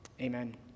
Amen